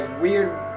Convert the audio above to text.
weird